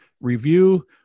review